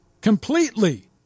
completely